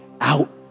out